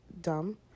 dumb